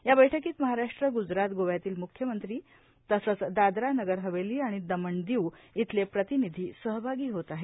या बैठकीत महाराश्ट्र गुजरात गोव्यातील मुख्यमंत्री तसंच दादरा नगरहवेली आणि दमन दीव इथले प्रतिनिधी सहभागी होत आहेत